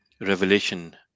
revelation